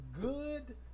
good